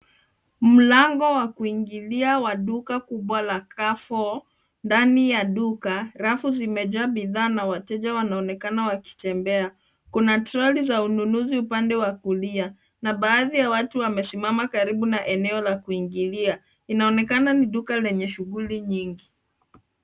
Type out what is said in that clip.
Mlango wa kuingilia wa duka kubwa la Carrefour. Ndani ya duka, rafu zimejaa bidhaa na wateja wanaonekana wakitembea. Kuna troli za ununuzi upande wa kulia na baadhi ya watu wamesimama karibu na eneo la kuingilia. Inaonekana ni duka lenye shughuli nyingi.